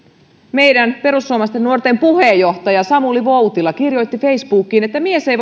meidän perussuomalaisten nuorten puheenjohtaja samuli voutila kirjoitti facebookiin että mies ei